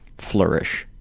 flourish?